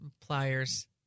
pliers